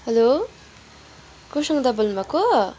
hello Kusang दा बोल्नुभएको